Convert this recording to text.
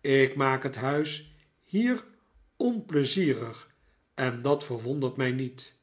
ik maak het huis hier onpleizierig en dat verwondert mij niet